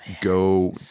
Go